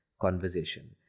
conversation